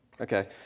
Okay